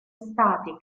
stati